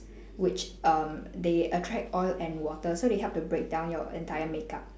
which err they attract oil and water so they help to break down your entire makeup